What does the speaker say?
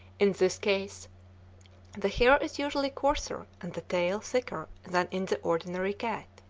in this case the hair is usually coarser and the tail thicker than in the ordinary cat.